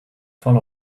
full